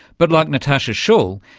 but, like natasha schull,